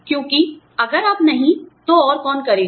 क्योंकि अगर आप नहीं तो और कौन करेगा